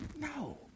No